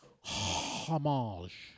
Homage